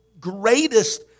greatest